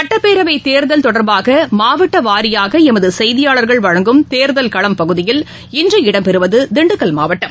சட்டப்பேரவைத்தேர்தல் தொடர்பாகமாவட்டவாரியாகஎமதுசெய்தியாளர்கள் வழங்கும் தேர்தல் களம் பகுதியில் இன்று இடம்பெறுவதுதிண்டுக்கல் மாவட்டம்